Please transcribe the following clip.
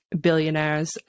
billionaires